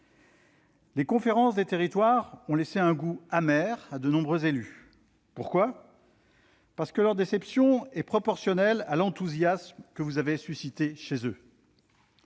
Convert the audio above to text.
Les conférences des territoires ont laissé un goût amer à de nombreux élus, leur déception étant proportionnelle à l'enthousiasme que vous avez suscité chez eux.